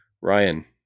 Ryan